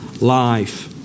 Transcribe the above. life